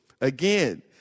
Again